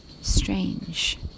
strange